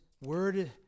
word